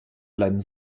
bleiben